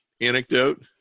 anecdote